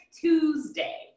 Tuesday